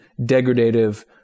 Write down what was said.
degradative